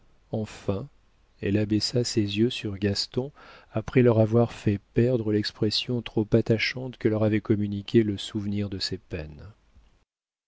enfin elle abaissa ses yeux sur gaston après leur avoir fait perdre l'expression trop attachante que leur avait communiquée le souvenir de ses peines